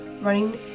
running